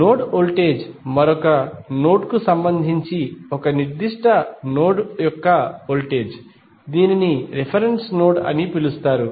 node voltage మరొక node కు సంబంధించి ఒక నిర్దిష్ట నోడ్ యొక్క వోల్టేజ్ దీనిని రిఫరెన్స్ నోడ్ అని పిలుస్తారు